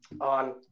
on